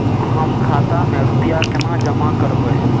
हम खाता में रूपया केना जमा करबे?